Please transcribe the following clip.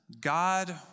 God